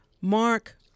Mark